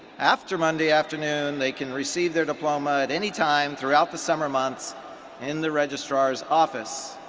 after monday afternoon they can receive their diploma at anytime throughout the summer months in the registrar's office.